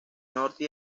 norte